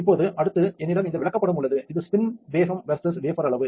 இப்போது அடுத்து என்னிடம் இந்த விளக்கப்படம் உள்ளது இது ஸ்பின் வேகம் வெர்சஸ் வேபர் அளவு